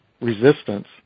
resistance